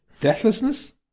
deathlessness